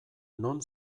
non